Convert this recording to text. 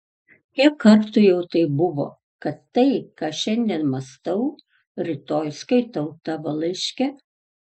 kiek kartų jau taip buvo kad tai ką šiandien mąstau rytoj skaitau tavo laiške